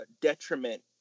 detriment